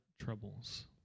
troubles